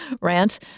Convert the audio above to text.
rant